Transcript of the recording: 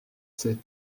ses